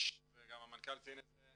יש וגם המנכ"ל ציין את זה,